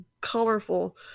colorful